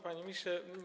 Panie Ministrze!